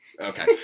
Okay